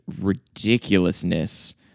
ridiculousness